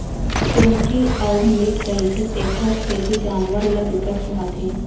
केंवची अउ मीठ रहिथे तेखर सेती जानवर ल बिकट सुहाथे